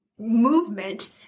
movement